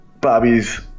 Bobby's